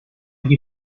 hay